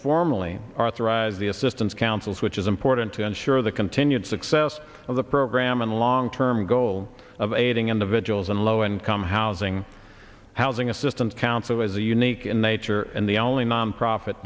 formally are authorized the assistance councils which is important to ensure the continued success of the program in the long term goal of aiding individuals in low income housing housing assistance council is a unique in nature and the only nonprofit